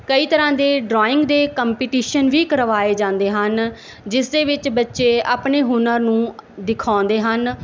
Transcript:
ਕਈ ਤਰ੍ਹਾਂ ਦੀ ਡਰੋਇੰਗ ਦੇ ਕੰਪੀਟੀਸ਼ਨ ਵੀ ਕਰਵਾਏ ਜਾਂਦੇ ਹਨ ਜਿਸ ਦੇ ਵਿੱਚ ਬੱਚੇ ਆਪਣੇ ਹੁਨਰ ਨੂੰ ਦਿਖਾਉਂਦੇ ਹਨ